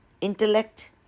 intellect